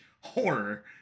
horror